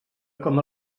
com